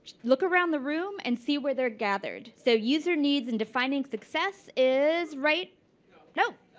look around the room and see where they're gathered. so user needs in defining success is right nope?